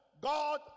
God